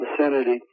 vicinity